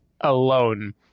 alone